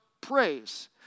praise